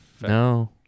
No